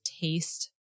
taste